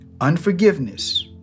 Unforgiveness